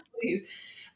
please